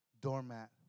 doormat